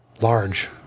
large